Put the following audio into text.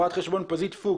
רואת חשבון פזית פוקס.